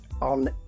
on